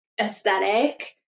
aesthetic